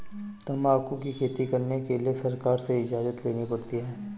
तंबाकू की खेती करने के लिए सरकार से इजाजत लेनी पड़ती है